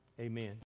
amen